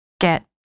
get